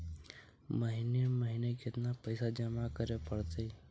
महिने महिने केतना पैसा जमा करे पड़तै?